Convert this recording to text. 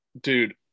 Dude